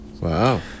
Wow